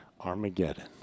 Armageddon